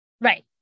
right